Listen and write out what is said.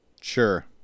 Sure